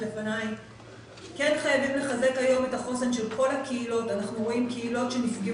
שיש מיליון מובטלים --- אנחנו יודעים על מה אתה מדבר,